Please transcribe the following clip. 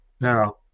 Now